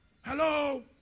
Hello